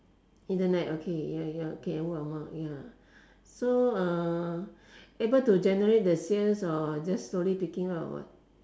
internet okay ya ya okay word of mouth ya so uh able to generate the sales or just slowly picking up or what